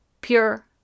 pure